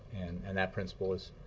and that principle is